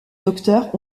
docteur